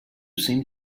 seem